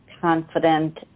confident